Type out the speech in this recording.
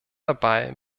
dabei